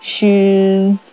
shoes